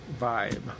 vibe